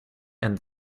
and